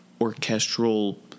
orchestral